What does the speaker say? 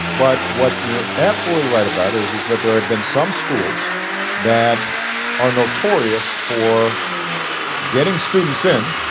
but what you're absolutely right about is is that there have been some schools that are notorious for getting students in,